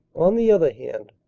on the other hand,